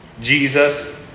Jesus